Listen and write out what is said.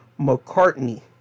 McCartney